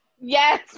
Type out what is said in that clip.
Yes